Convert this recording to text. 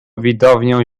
widownią